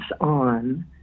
on